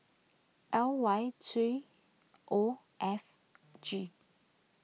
L Y three O F G